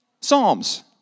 psalms